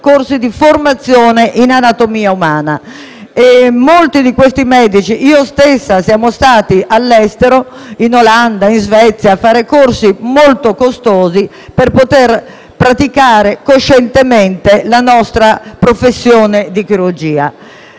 di formazione in anatomia umana. Molti di questi medici, compresa me stessa, sono stati all'estero (in Olanda, in Svezia) a fare corsi molto costosi per poter praticare coscientemente la nostra professione di chirurgia.